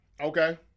Okay